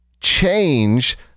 change